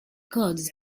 gods